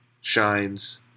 shines